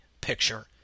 picture